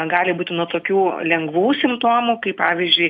gali būti nuo tokių lengvų simptomų kaip pavyzdžiui